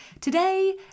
Today